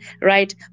right